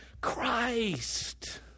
Christ